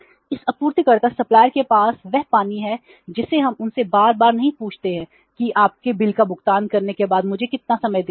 इस आपूर्तिकर्ता के पास वह पानी है जिसे हम उनसे बार बार नहीं पूछते हैं कि आपके बिल का भुगतान करने के बाद मुझे कितना समय देना है